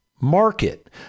market